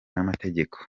n’amategeko